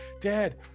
dad